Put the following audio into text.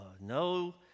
no